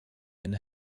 and